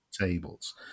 tables